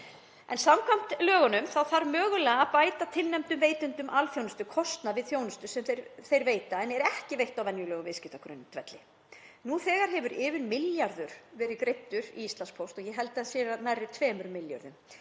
Samkvæmt lögunum þarf mögulega að bæta tilnefndum veitendum alþjónustu kostnað við þjónustu sem þeir veita en er ekki veitt á venjulegum viðskiptagrundvelli. Nú þegar hefur yfir milljarður verið greiddur Íslandspósti, og ég held að það sé nærri 2 milljörðum,